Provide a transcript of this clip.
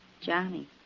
Johnny